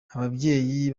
ababyeyi